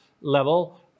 level